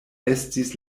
estis